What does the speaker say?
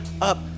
up